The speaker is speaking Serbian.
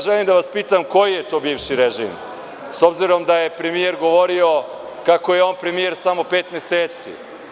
Želim da vas pitam koji je to bivši režim, s obzirom da je premijer govorio kako je on premijer samo pet meseci.